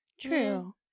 true